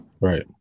Right